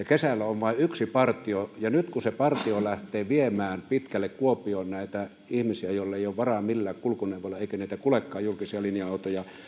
kesällä on vain yksi partio ja nyt kun se partio lähtee viemään pitkälle kuopioon ihmisiä joilla ei ole varaa mennä millään kulkuneuvolla eikä näitä kuljekaan julkisia linja autoja